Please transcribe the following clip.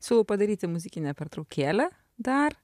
siūlau padaryti muzikinę pertraukėlę dar